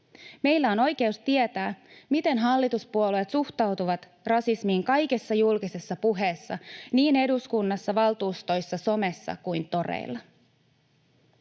Meillä on oikeus tietää, miten hallituspuolueet suhtautuvat rasismiin kaikessa julkisessa puheessa, niin eduskunnassa, valtuustoissa, somessa kuin toreilla.